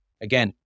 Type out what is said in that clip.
Again